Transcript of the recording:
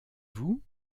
vous